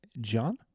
John